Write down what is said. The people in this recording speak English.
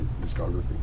discography